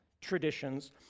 traditions